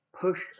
push